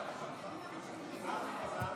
התשפ"ג 2023,